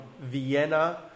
Vienna